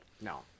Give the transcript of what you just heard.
no